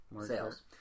sales